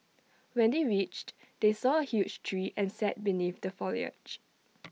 when they reached they saw A huge tree and sat beneath the foliage